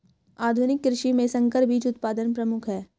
आधुनिक कृषि में संकर बीज उत्पादन प्रमुख है